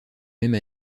même